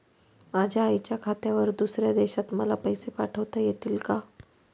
माझ्या आईच्या खात्यावर दुसऱ्या देशात मला पैसे पाठविता येतील का?